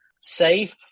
safe